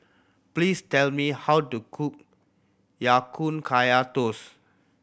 please tell me how to cook Ya Kun Kaya Toast